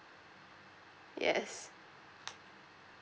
yes